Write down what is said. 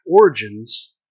Origins